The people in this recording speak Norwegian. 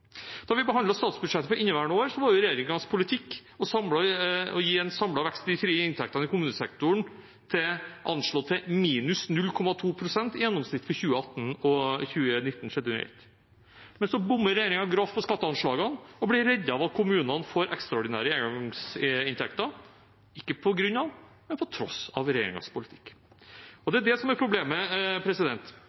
Da vi behandlet statsbudsjettet for inneværende år, var regjeringens politikk å gi en samlet vekst i de frie inntektene i kommunesektoren anslått til minus 0,2 pst. i gjennomsnitt for 2018 og 2019, sett under ett. Men regjeringen bommer grovt på skatteanslagene og blir reddet av at kommunene får ekstraordinære engangsinntekter – ikke på grunn av, men på tross av regjeringens politikk. Og det er det som er problemet.